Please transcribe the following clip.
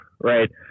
right